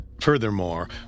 Furthermore